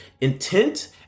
intent